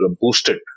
boosted